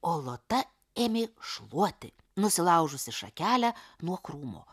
o lota ėmė šluoti nusilaužusi šakelę nuo krūmo